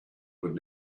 would